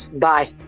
Bye